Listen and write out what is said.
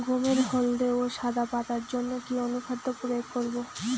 গমের হলদে ও সাদা পাতার জন্য কি অনুখাদ্য প্রয়োগ করব?